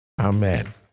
Amen